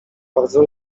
bardzo